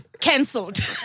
Cancelled